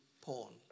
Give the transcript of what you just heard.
porn